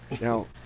Now